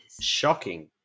shocking